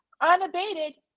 unabated